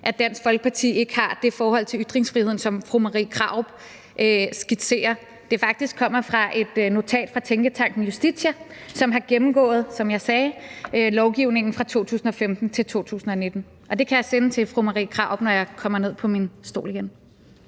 at Dansk Folkeparti ikke har det forhold til ytringsfriheden, som fru Marie Krarup skitserer, men at det faktisk kommer fra et notat fra tænketanken Justitia, der, som jeg sagde, har gennemgået lovgivningen fra 2015 til 2019, og det kan jeg sende til fru Marie Krarup, når jeg kommer ned på min stol igen.